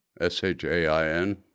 S-H-A-I-N